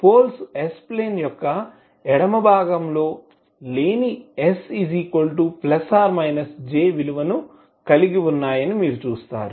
poles s plane యొక్క ఎడమ భాగంలో లేని s ± j విలువను కలిగి ఉన్నాయని మీరు చూస్తారు